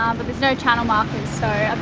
but there's no channel markers